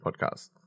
podcast